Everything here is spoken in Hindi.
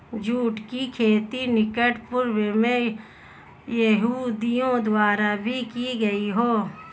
जुट की खेती निकट पूर्व में यहूदियों द्वारा भी की गई हो